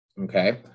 okay